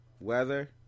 Weather